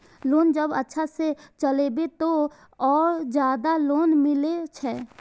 Loan जब अच्छा से चलेबे तो और ज्यादा लोन मिले छै?